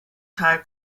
teil